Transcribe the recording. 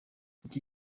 iki